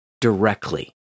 directly